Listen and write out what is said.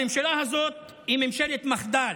הממשלה הזאת היא ממשלת מחדל